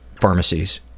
pharmacies